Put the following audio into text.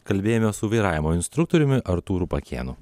kalbėjome su vairavimo instruktoriumi artūru pakėnu